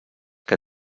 que